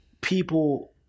people